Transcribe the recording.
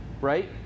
right